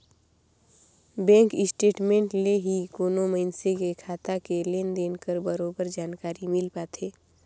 bank statement ले ही कोनो मइनसे के खाता के लेन देन कर बरोबर जानकारी मिल पाथे